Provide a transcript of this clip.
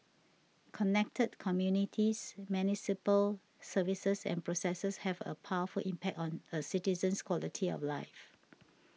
connected communities municipal services and processes have a powerful impact on a citizen's quality of life